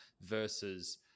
versus